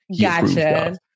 Gotcha